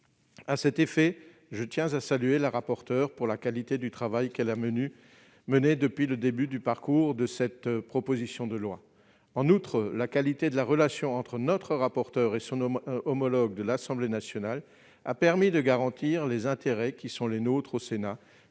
À cet égard, je tiens à saluer Mme la rapporteure pour la qualité de son travail depuis le début du parcours de cette proposition de loi. En outre, la qualité de la relation entre notre rapporteure et son homologue de l'Assemblée nationale a permis de protéger les intérêts que nous défendons au Sénat,